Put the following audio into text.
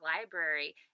Library